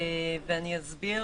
ואני אסביר.